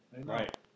Right